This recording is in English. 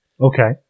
Okay